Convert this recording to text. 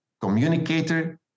communicator